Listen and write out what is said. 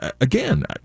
again